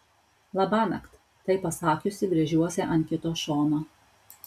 labanakt tai pasakiusi gręžiuosi ant kito šono